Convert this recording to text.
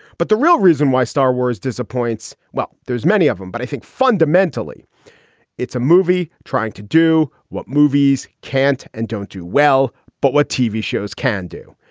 but the real reason why star wars disappoints? well, there's many of them. but i think fundamentally it's a movie trying to do what movies can't and don't do well. but what tv shows can do?